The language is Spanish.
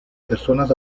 personas